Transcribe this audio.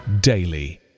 daily